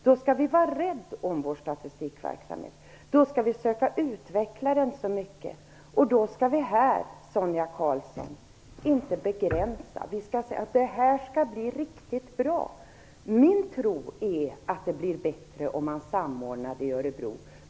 Då skall vi vara rädda om vår statistikverksamhet, då skall vi söka utveckla den, och då skall vi här, Sonia Karlsson, inte begränsa den. Vi skall säga att det här skall bli riktigt bra. Min tro är att det blir bättre om man samordnar verksamheten i Örebro.